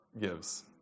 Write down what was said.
gives